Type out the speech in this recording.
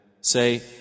Say